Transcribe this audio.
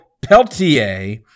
Peltier